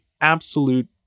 absolute